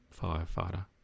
firefighter